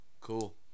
Cool